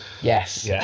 Yes